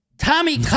Tommy